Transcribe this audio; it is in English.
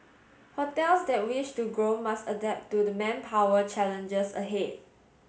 hotels that wish to grow must adapt to the manpower challenges ahead